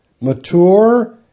mature